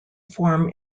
form